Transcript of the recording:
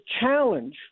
challenge